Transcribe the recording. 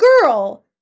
girl